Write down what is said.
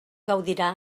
gaudirà